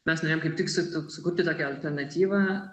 mes kaip tik su sukurti tokią alternatyvą